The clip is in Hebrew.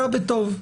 אתה בטוב.